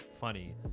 funny